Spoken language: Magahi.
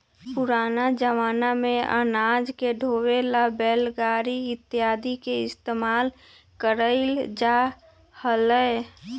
पुराना जमाना में अनाज के ढोवे ला बैलगाड़ी इत्यादि के इस्तेमाल कइल जा हलय